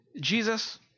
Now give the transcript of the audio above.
Jesus